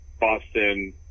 Boston